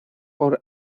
por